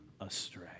astray